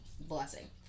Blessing